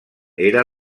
era